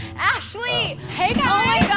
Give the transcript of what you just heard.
ashley hey guys!